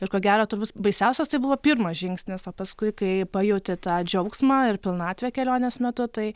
ir ko gero turbūt baisiausias tai buvo pirmas žingsnis o paskui kai pajauti tą džiaugsmą ir pilnatvę kelionės metu tai